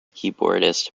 keyboardist